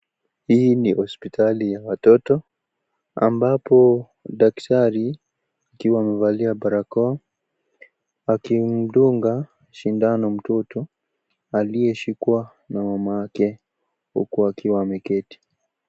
Hii ni hospitali ya watoto ambapo daktari akiwa amevalia barakoa akimdunga sindano mtoto aliyeshikwa na mamake, huku wakiwa wameketi.